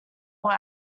work